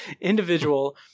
Individual